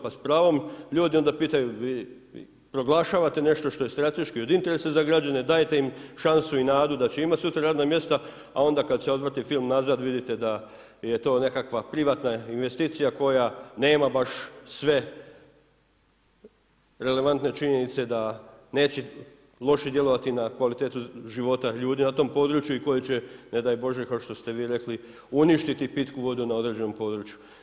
Pa s pravom ljudi onda pitaju, vi proglašavate nešto što je od strateškog interesa za građane, dajete im šansu i nadu da će imati sutra radna mjesta, a onda kad se odvrti film nazad vidite da je to nekakva privatna investicija koja nema baš sve relevantne činjenice da neće loše djelovati na kvalitetu života ljudi na tom području i koje će ne daj Bože, kao što ste vi rekli, uništiti pitku vodu na određenom području.